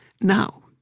Now